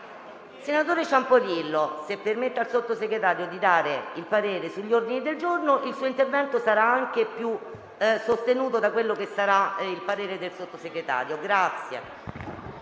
Senatore Ciampolillo, se permette al Sottosegretario di dare il parere sugli ordini del giorno, il suo intervento sarà anche più sostenuto dal parere del Sottosegretario.